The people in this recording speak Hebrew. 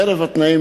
חרף התנאים,